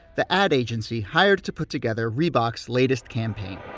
the ad agency hired to put together reebok's latest campaign